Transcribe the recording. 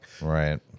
Right